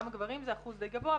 גם אחוז דיי גבוה,